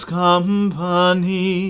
company